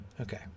Okay